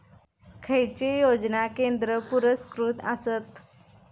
खैचे योजना केंद्र पुरस्कृत आसत?